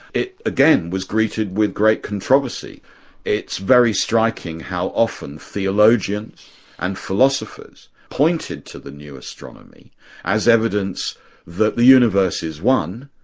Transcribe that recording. it again was greeted with great controversy it's very striking how often theologians and philosophers pointed to the new astronomy as evidence that the universe is one,